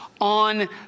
on